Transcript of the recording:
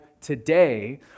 today